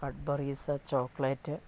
Cadbury's chocolate